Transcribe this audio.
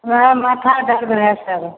थोड़ा माथा दर्द है सर